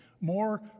more